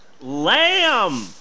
Lamb